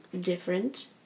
different